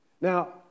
Now